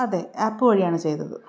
അതെ ആപ്പ് വഴിയാണ് ചെയ്തത്